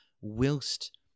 whilst